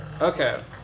Okay